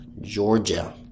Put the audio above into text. Georgia